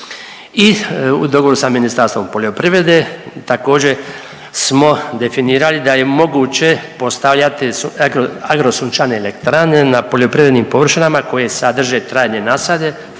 I u dogovoru sa Ministarstvom poljoprivrede također smo definirali da je moguće postavljati agrosunčane elektrane na poljoprivrednim površinama koje sadrže trajne nasade,